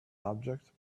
object